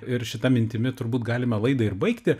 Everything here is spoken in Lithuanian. ir šita mintimi turbūt galime laidą ir baigti